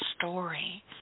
story